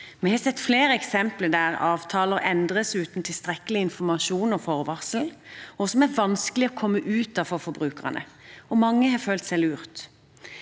Vi har sett flere eksempler på avtaler som endres uten tilstrekkelig informasjon og forvarsel, og som er vanskelig å komme ut av for forbrukerne. Mange har følt seg lurt.